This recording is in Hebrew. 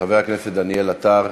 חבר הכנסת דניאל עטר,